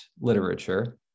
literature